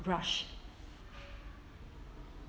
rush